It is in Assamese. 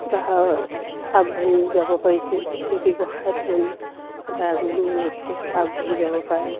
গ্ৰাহক আগবাঢ়ি যাব পাৰিছোঁ এই ব্যৱসায়ত যেন সদায় আগলৈও এনেকৈ আগবাঢ়ি যাব পাৰে